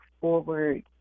forward